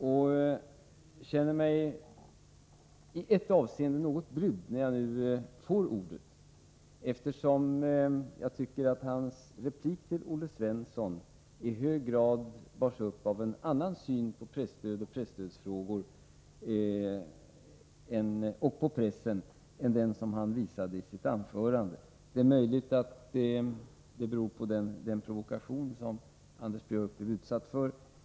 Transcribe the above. Jag känner mig i ett avseende något brydd när jag nu får ordet, eftersom Anders Björcks replik till Olle Svensson i hög grad bars upp av en annan syn på pressen och presstödsfrågor än den som han visade i sitt huvudanförande. Det är möjligt att det beror på den provokation som Anders Björck blev utsatt för.